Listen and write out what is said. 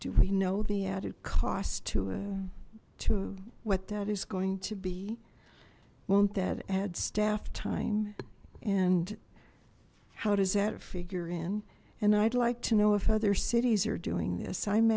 do we know the added cost to a to what that is going to be won't that add staff time and how does that figure in and i'd like to know if other cities are doing this i'm